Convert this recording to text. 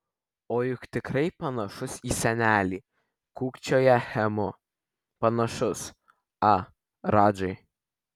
o juk tikrai panašus į senelį kūkčioja hemu panašus a radžai